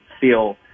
feel